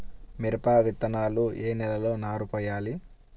మిరప విత్తనాలు ఏ నెలలో నారు పోయాలి?